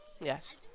yes